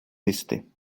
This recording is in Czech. listy